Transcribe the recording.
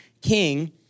king